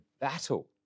battle